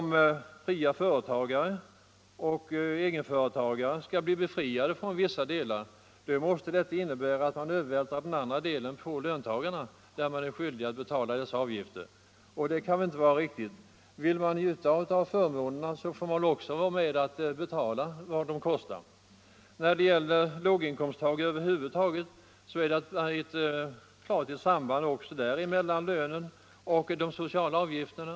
Men om fria yrkesutövare och egenföretagare skall bli befriade från vissa delar, måste detta innebära att man övervältrar bördan på löntagarna, när det föreligger skyldighet att betala dessa avgifter, och det kan väl inte vara riktigt. Vill man njuta av förmånerna, så får man också vara med om att betala vad de kostar. När det gäller låginkomsttagare över huvud taget är det också ett klart samband mellan lönen och de sociala avgifterna.